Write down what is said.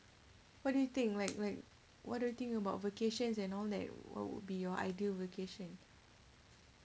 what do you think like like what do you think about vacations and all that what would be your ideal vacation